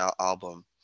album